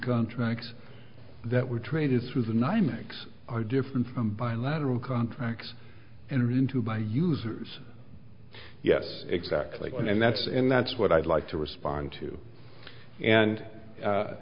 contracts that were traded through the nine mics are different from bilateral contracts and written to by users yes exactly and that's and that's what i'd like to respond to and